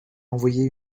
envoyé